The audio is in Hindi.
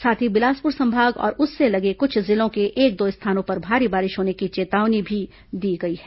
साथ ही बिलासपुर संभाग और उससे लगे कुछ जिलों के एक दो स्थानों पर भारी बारिश होने की चेतावनी भी दी गई है